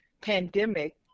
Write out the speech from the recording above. pandemic